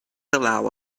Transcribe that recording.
allow